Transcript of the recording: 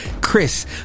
Chris